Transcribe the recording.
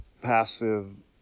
passive